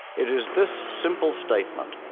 it is this simple statement